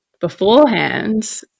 beforehand